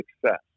success